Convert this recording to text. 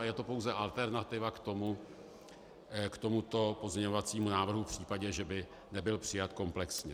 Je to pouze alternativa k tomuto pozměňovacímu návrhu v případě, že by nebyl přijat komplexně.